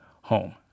home